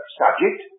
subject